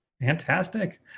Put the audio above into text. Fantastic